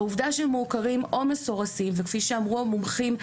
העובדה שהם מעוקרים או מסורסים וכפי שאמרו המומחים,